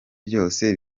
byose